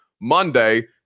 Monday